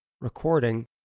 Recording